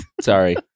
Sorry